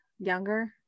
younger